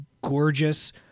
gorgeous